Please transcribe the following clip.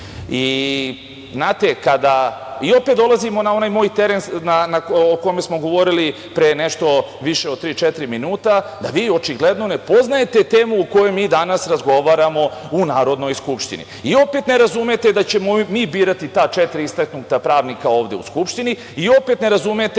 Vrhovni sud. Opet dolazimo na onaj moj teren o kome smo govorili pre nešto više od tri-četiri minuta, da vi očigledno ne poznajete temu o kojoj mi danas razgovaramo u Narodnoj skupštini i opet ne razumete da ćemo mi birati ta četiri istaknuta pravnika ovde u Skupštini i opet ne razumete